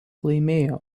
laimėjo